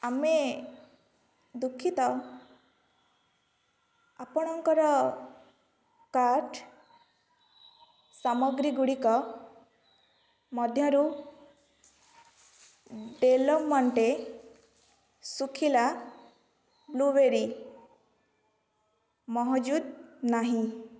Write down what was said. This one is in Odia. ଆମେ ଦୁଃଖିତ ଆପଣଙ୍କର କାର୍ଟ୍ ସାମଗ୍ରୀଗୁଡ଼ିକ ମଧ୍ୟରୁ ଡେଲ ମଣ୍ଟେ ଶୁଖିଲା ବ୍ଲୁବେରୀ ମହଜୁଦ ନାହିଁ